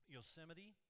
Yosemite